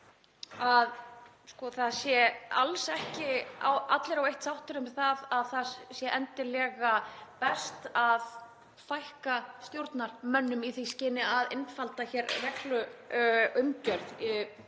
að það sé alls ekki allir á eitt sáttir um að það sé endilega best að fækka stjórnarmönnum í því skyni að einfalda regluverkið og umgjörð.